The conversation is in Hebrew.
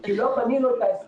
כי לא בנינו את...